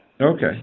Okay